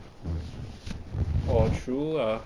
orh true ah